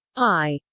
i.